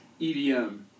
EDM